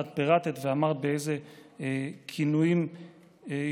ואת פירטת ואמרת באיזה כינויים השתמשו,